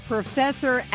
Professor